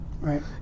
right